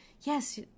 yes